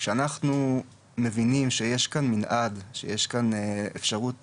כשאנחנו מבינים שיש כאן מינעד, שיש כאן אפשרות